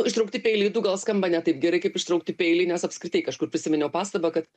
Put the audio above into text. ištraukti peiliai du gal skamba ne taip gerai kaip ištraukti peiliai nes apskritai kažkur prisiminiau pastabą kad